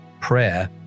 prayer